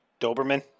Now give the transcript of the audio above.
Doberman